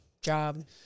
job